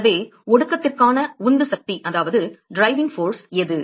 எனவே ஒடுக்கத்திற்கான உந்து சக்தி எது